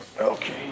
Okay